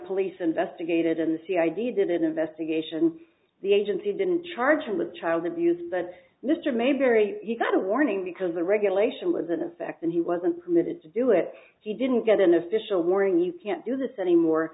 police investigated and the c i d did an investigation the agency didn't charge him with child abuse than this or maybe barry you got a warning because the regulation was in effect and he wasn't permitted to do it he didn't get an official warning you can't do this anymore